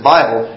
Bible